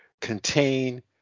contain